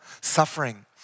suffering